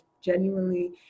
genuinely